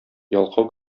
ялкау